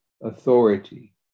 authority